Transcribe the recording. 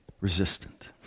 resistant